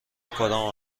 کدام